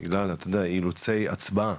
בגלל אילוצי הצבעה.